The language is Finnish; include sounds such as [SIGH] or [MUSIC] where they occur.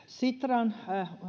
[UNINTELLIGIBLE] sitran